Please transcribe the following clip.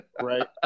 Right